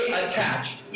attached